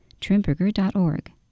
Trimberger.org